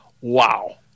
Wow